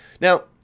Now